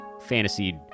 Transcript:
Fantasy